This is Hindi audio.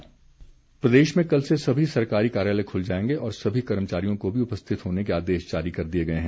अधिसूचना प्रदेश में कल से सभी सरकारी कार्यालय खुल जाएंगे और सभी कर्मचारियों को भी उपस्थित होने के आदेश जारी कर दिए गए हैं